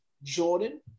Jordan